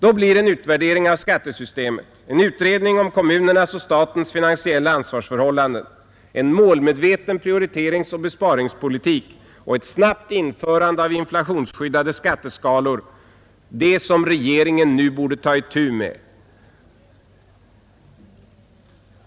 Då blir en utvärdering av skattesystemet, en utredning om kommunernas och statens finansiella ansvarsförhållanden, en målmedveten prioriteringsoch besparingspolitik och ett snabbt införande av inflationsskyddade skatteskalor det som regeringen nu borde ta itu med.